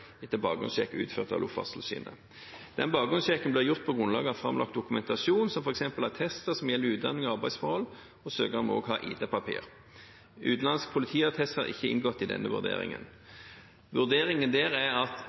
etter bakgrunnssjekk utført av Luftfartstilsynet. Den bakgrunnssjekken blir gjort på bakgrunn av framlagt dokumentasjon, som f.eks. attester som gjelder utdanning og arbeidsforhold, og søker må også ha ID-papir. Utenlandske politiattester har ikke inngått i denne vurderingen. Vurderingen der er at